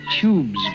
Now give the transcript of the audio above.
tubes